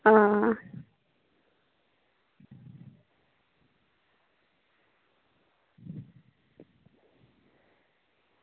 आं